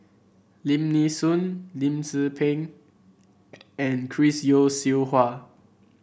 Lim Nee Soon Lim Tze Peng and Chris Yeo Siew Hua